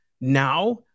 now